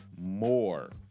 more